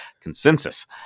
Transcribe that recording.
consensus